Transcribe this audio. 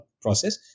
process